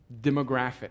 demographic